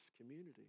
community